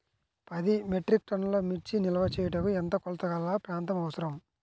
పది మెట్రిక్ టన్నుల మిర్చి నిల్వ చేయుటకు ఎంత కోలతగల ప్రాంతం అవసరం?